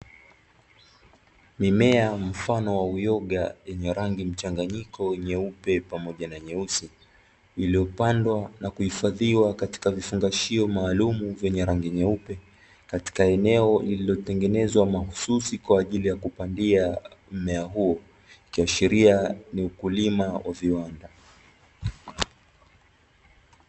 Mimea mfano wa uyoga yenye rangi mchanganyiko (nyeupe pamoja na nyeusi), iliyopandwa na kuhifadhiwa katika vifungashio maalumu vyenye rangi nyeupe, katika eneo lililotengenezwa mahususi kwa ajili ya kupandia mmea huo; ikiashiria ni ukulima wa viwanda.